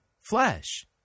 flesh